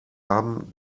haben